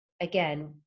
again